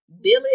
Billy